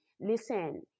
Listen